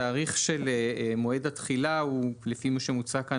התאריך של מועד התחילה הוא לפי מה שמוצע כאן,